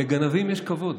לגנבים יש כבוד.